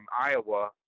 Iowa